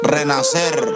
Renacer